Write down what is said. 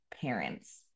parents